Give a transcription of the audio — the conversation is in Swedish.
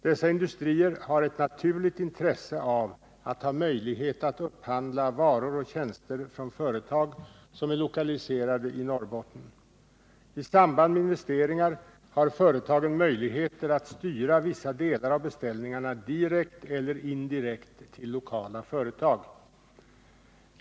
Dessa industrier har ett naturligt intresse av att ha möjlighet att upphandla varor och tjänster från företag som är lokaliserade till Norrbotten. I samband med investeringar har företagen möjligheter att styra vissa delar av beställningarna direkt eller indirekt till lokala företag.